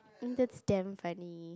um that's damn funny